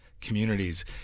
Communities